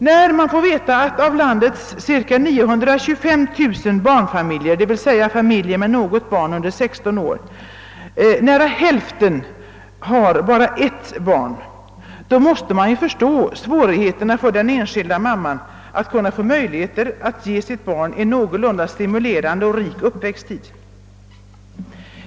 När man får veta att av landets cirka 925 000 barnfamiljer — d. v. s. familjer med något barn under 16 år — nära hälften har bara ett barn, måste man ju förstå svårigheterna för den enskilda mamman att ge sitt barn en någorlunda rik och stimulerande uppväxttid.